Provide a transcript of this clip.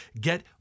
get